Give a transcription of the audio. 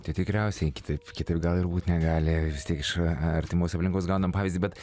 tai tikriausiai kitaip kitaip gal ir būt negali vis tiek iš artimos aplinkos gaunam pavyzdį bet